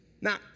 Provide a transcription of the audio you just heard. Now